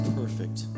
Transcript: perfect